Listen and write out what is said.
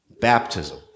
baptism